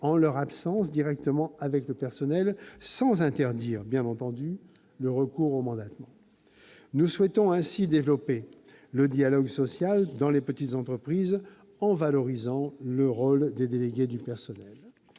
en leur absence, directement avec le personnel, sans interdire, bien entendu, le recours au mandatement. Nous souhaitons ainsi développer le dialogue social dans les petites entreprises en valorisant le rôle des délégués du personnel.